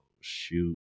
shoot